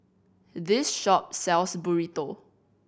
this shop sells Burrito